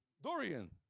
Dorian